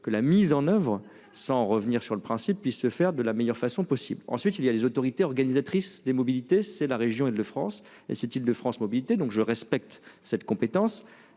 que la mise en oeuvre sans revenir sur le principe se faire de la meilleure façon possible, ensuite il y a les autorités organisatrices de mobilité, c'est la région et de le France et si tu Île-de-France mobilités donc je respecte cette compétence.